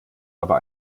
aber